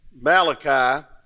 Malachi